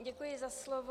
Děkuji za slovo.